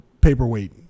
paperweight